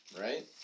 right